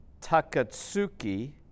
Takatsuki